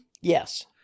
Yes